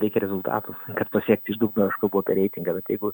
reikia rezultatų kad pasiekti iš dugno aš kalbu apie reitingą bet jeigu